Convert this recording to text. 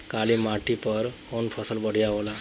काली माटी पर कउन फसल बढ़िया होला?